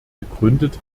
gegründet